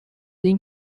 این